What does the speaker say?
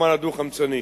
הפחמן הדו-חמצני